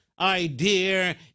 idea